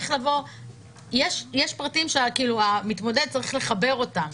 יש פרטים שהמתמודד צריך לחבר אותם,